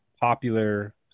popular